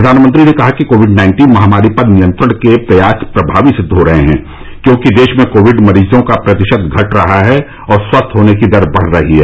प्रधानमंत्री ने कहा कि कोविड नाइन्टीन महामारी पर नियंत्रण के प्रयास प्रभावी सिद्ध हो रहे हैं क्योंकि देश में कोविड मरीजों का प्रतिशत घट रहा है और स्वस्थ होने की दर बढ़ रही है